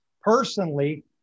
Personally